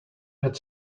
had